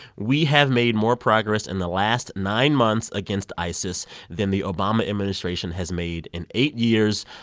we have made more progress in the last nine months against isis than the obama administration has made in eight years.